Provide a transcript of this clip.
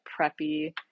preppy